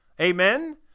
Amen